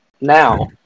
now